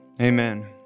Amen